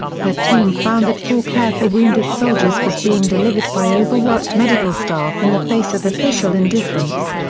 her team found that poor care for wounded soldiers was being delivered by overworked medical staff in the face of official indifference.